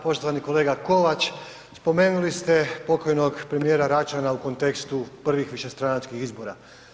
Poštovani kolega Kovač, spomenuli ste pokojnog premijera Račan u kontekstu prvih višestranačkih izbora.